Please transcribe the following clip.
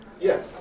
Yes